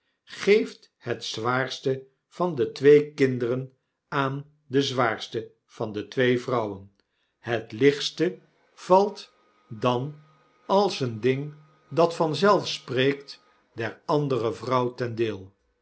geeft het zwaarste van de twee kinderen aan de zwaarste van de twee vrouwen hetlichtste de portefeuille valt dan als een ding dat vanzelf spreekt der andere vrouw ten deel